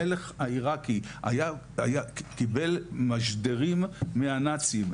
המלך העירקי קיבל משדרים מהנאצים,